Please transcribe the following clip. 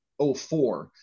04